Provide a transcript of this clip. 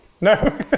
No